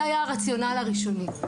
זה היה הרציונל הראשוני.